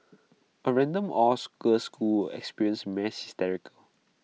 A random all girls school experience mass hysteria